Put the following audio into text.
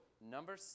number